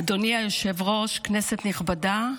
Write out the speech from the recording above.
אדוני היושב-ראש, כנסת נכבדה,